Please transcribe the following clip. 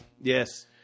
Yes